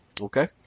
Okay